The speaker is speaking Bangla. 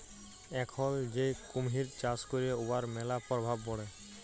এখল যে কুমহির চাষ ক্যরে উয়ার ম্যালা পরভাব পড়ে